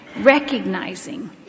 recognizing